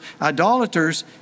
idolaters